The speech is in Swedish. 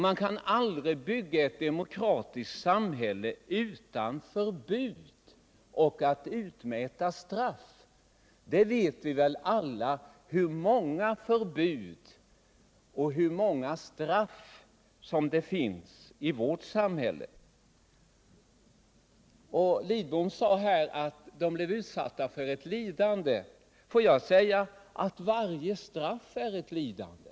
Man kan aldrig bygga ett demokratiskt samhälle utan att ha förbud och utan att utmäta straff. Det finns i vårt samhälle många förbud och många straff för överträdelser mot dessa. Carl Lidbom sade att dessa människor blev utsatta för lidande. Får jag säga att varje straff innebär ett lidande.